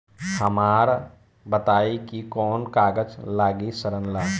हमरा बताई कि कौन कागज लागी ऋण ला?